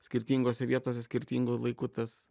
skirtingose vietose skirtingu laiku tas